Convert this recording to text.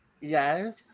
Yes